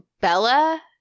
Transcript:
Bella